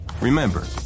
remember